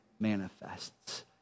manifests